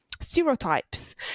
stereotypes